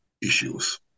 issues